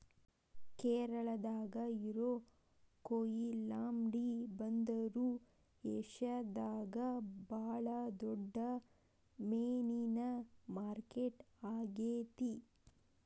ಕೇರಳಾದಾಗ ಇರೋ ಕೊಯಿಲಾಂಡಿ ಬಂದರು ಏಷ್ಯಾದಾಗ ಬಾಳ ದೊಡ್ಡ ಮೇನಿನ ಮಾರ್ಕೆಟ್ ಆಗೇತಿ